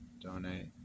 Donate